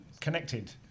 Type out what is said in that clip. connected